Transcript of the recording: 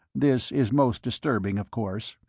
this is most disturbing, of course.